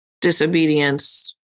Disobedience